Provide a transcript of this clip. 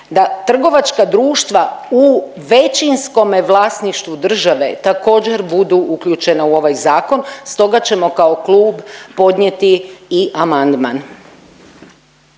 da trgovačka društva u većinskome vlasništvu države također budu uključena u ovaj zakon, stoga ćemo kao klub podnijeti i amandman.